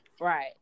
Right